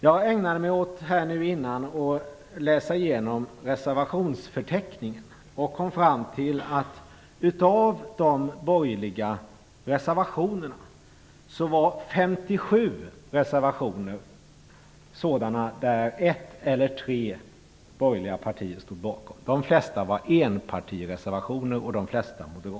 Jag ägnade mig tidigare åt att läsa igenom reservationsförteckningen och kom då fram till att det är ett eller tre borgerliga partier som står bakom 57 av de borgerliga reservationerna. Flertalet reservationer är enpartireservationer och då moderata sådana.